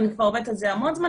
אני כבר עובדת על זה המון זמן,